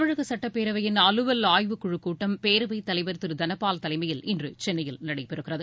தமிழக சட்டப்பேரவையின் அலுவல் ஆய்வுகுழு கூட்டம் பேரவைத் தலைவர் திரு தனபால் தலைமையில் இன்று சென்னையில் நடைபெறுகிறது